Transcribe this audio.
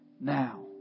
now